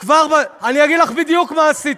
אפילו, אני אגיד לך בדיוק מה עשיתי.